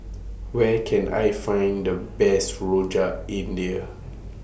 Where Can I Find The Best Rojak India